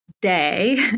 day